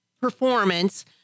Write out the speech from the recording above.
performance